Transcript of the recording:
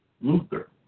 Luther